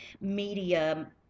media